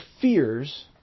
fears